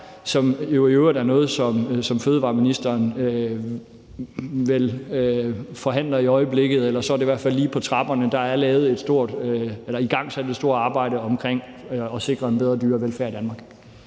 vel i øvrigt også er noget, som fødevareministeren forhandler i øjeblikket, eller som i hvert fald er lige på trapperne. Der er igangsat et stort arbejde med at sikre en bedre dyrevelfærd i Danmark.